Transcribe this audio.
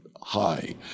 high